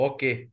Okay